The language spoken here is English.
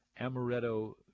amaretto